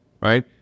right